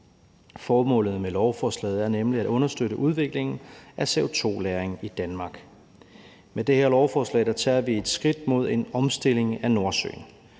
Formålet med lovforslaget er nemlig at understøtte udviklingen af CO2-lagring i Danmark. Med det her lovforslag tager vi et skridt mod en omstilling af Nordsøen.